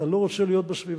אתה לא רוצה להיות בסביבה.